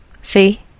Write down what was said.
See